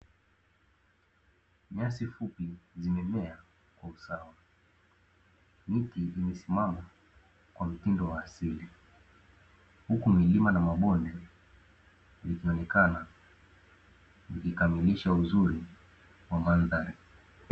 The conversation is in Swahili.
Nyasi fupi zimemea kwa usawa, miti imesimama kwa mtindo wa asili huku milima na mabonde ikionekana ikikamillisha uzuri wa mandhari.